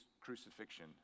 crucifixion